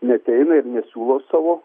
neateina ir nesiūlo savo